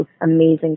amazing